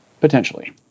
Potentially